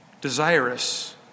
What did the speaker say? desirous